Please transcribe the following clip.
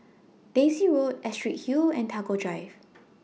Daisy Road Astrid Hill and Tagore Drive